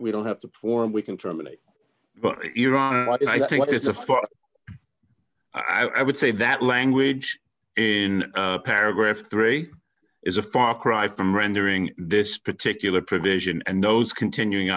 we don't have to perform we can terminate but iran and i think it's a far i would say that language in paragraph three is a far cry from rendering this particular provision and those continuing